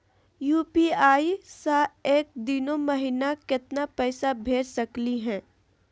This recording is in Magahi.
यू.पी.आई स एक दिनो महिना केतना पैसा भेज सकली हे?